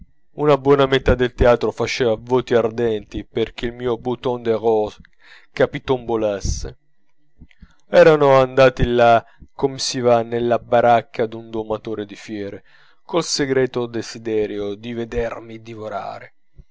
una buona metà del teatro faceva voti ardenti perchè il mio bouton de rose capitombolasse erano andati là come si va nella baracca d'un domatore di fiere col segreto desiderio di vedermi divorare